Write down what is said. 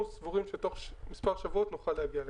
אנחנו סבורים שתוך מספר שבועות נוכל להגיע לכאן.